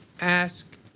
ask